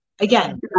again